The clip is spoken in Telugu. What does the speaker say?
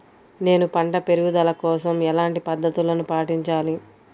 నేను పంట పెరుగుదల కోసం ఎలాంటి పద్దతులను పాటించాలి?